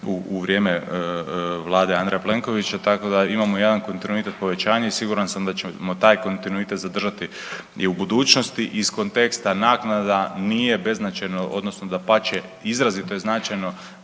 u vrijeme vlade Andreja Plenkovića tako da imamo jedan kontinuitet povećanja i siguran sam da ćemo taj kontinuitet zadržati i u budućnosti. Iz konteksta naknada nije beznačajno odnosno dapače izrazito je značajno